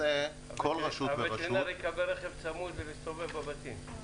כל רשות --- הווטרינר יקבל רכב צמוד ויסתובב בין הבתים.